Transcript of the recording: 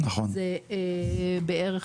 זה בערך